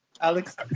Alex